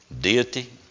deity